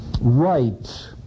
right